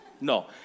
no